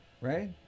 right